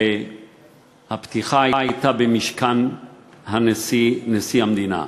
הפתיחה הייתה במשכן הנשיא, נשיא המדינה.